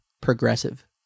progressive